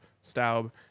Staub